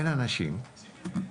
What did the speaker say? אין אנשים.